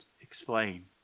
explain